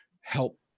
help